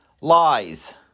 lies